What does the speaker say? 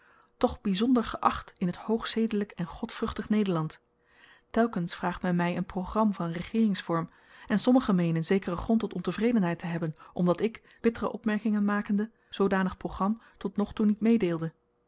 toch byzonder geacht in t hoogzedelyk en godvruchtig nederland telkens vraagt men my n program van regeeringsvorm en sommigen meenen zekeren grond tot ontevredenheid te hebben omdat ik bittere opmerkingen makende zoodanig program tot nog toe niet meedeelde